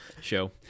show